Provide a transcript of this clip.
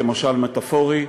כמשל מטפורי,